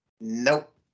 Nope